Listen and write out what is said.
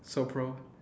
so pro